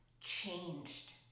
changed